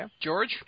George